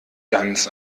ganz